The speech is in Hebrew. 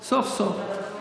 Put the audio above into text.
סוף-סוף.